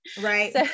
Right